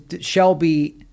Shelby